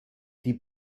die